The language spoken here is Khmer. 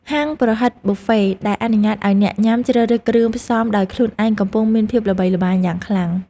ហាងប្រហិតប៊ូហ្វេដែលអនុញ្ញាតឱ្យអ្នកញ៉ាំជ្រើសរើសគ្រឿងផ្សំដោយខ្លួនឯងកំពុងមានភាពល្បីល្បាញយ៉ាងខ្លាំង។